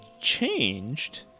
changed